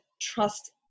trust